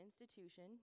institution